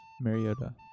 Mariota